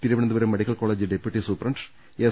Thiruvananthapuram medical college deputy superintendent S